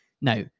Now